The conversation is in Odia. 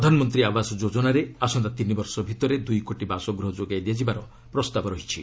ପ୍ରଧାନମନ୍ତ୍ରୀ ଆବାସ ଯୋଜନାରେ ଆସନ୍ତା ତିନି ବର୍ଷ ଭିତରେ ଦୁଇ କୋଟି ବାସଗୃହ ଯୋଗାଇ ଦିଆଯିବାର ପ୍ରସ୍ତାବ ରହିଛି